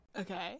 Okay